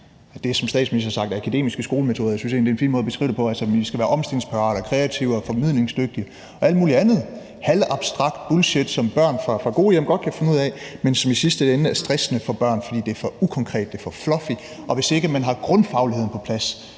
Det er det, som statsministeren har kaldt akademiske skolemetoder. Jeg synes egentlig, det er en fin måde at beskrive det på, altså at vi skal være omstillingsparate, kreative, formidlingsdygtige og alt mulig andet halv abstrakt bullshit, som børn fra gode hjem godt kan finde ud af, men som i sidste ende er stressende for børn, fordi det er for ukonkret, det er for fluffy, og hvis ikke man har grundfagligheden på plads,